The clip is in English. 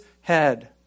head